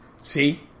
See